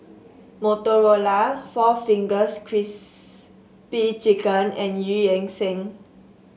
Motorola four Fingers Crispy Chicken and Eu Yan Sang